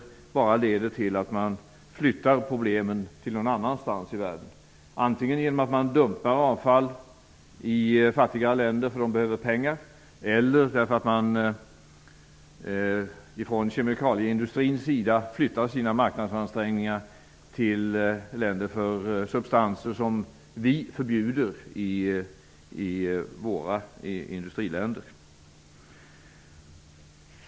Det är inte meningen att man skall flytta problemen någon annanstans i världen genom att dumpa avfall i fattiga länder därför att de behöver pengar eller genom att kemikalieindustrin flyttar sina marknadsansträngningar när det gäller substanser som vi förbjuder i industriländerna.